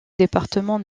département